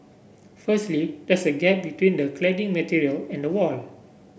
firstly there's a gap between the cladding material and wall